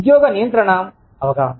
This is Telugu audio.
ఉద్యోగ నియంత్రణ అవగాహన